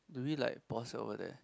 do we like pause over there